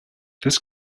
this